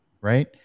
right